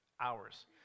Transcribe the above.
hours